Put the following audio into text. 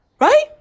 Right